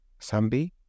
Sambi